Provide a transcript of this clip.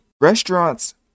Restaurants